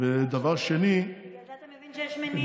ודבר שני, בגלל זה אתה מבין שיש מניעים שונים.